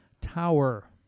Tower